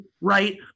right